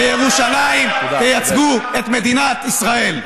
בירושלים תייצגו את מדינת ישראל.